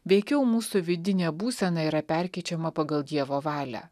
veikiau mūsų vidinė būsena yra perkeičiama pagal dievo valią